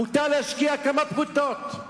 מותר להשקיע כמה פרוטות.